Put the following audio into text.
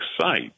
site